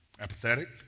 Apathetic